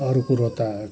अरू कुरो त